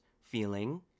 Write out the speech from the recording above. feeling